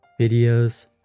videos